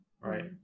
right